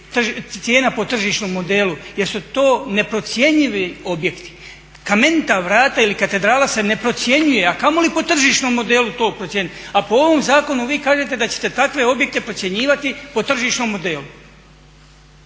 cijena po tržišnom modelu jer su to neprocjenjivi objekti. Kamenita vrata ili katedrala se ne procjenjuje, a kamoli po tržišnom modelu to procijeniti. A po ovom zakonu vi kažete da ćete takve objekte procjenjivati po tržišnom modelu.